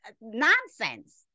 nonsense